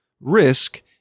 Risk